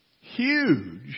huge